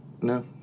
No